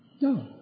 No